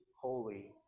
holy